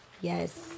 Yes